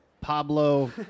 Pablo